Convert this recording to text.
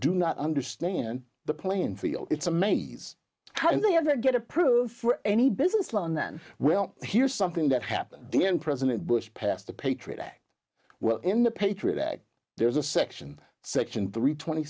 do not understand the playing field it's a maze how did they ever get approved for any business loan then well here's something that happened then president bush passed the patriot act well in the patriot act there's a section section three twenty